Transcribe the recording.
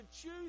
choose